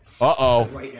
uh-oh